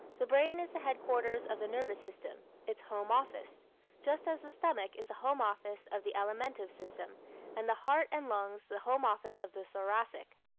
the brain is the headquarters of the nervous system its home office just as the stomach is the home office of the alimentive system and the heart and lungs the home office of the thoracic.